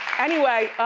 anyway,